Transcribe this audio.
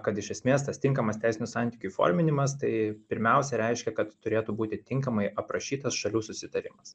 kad iš esmės tas tinkamas teisinių santykių įforminimas tai pirmiausia reiškia kad turėtų būti tinkamai aprašytas šalių susitarimas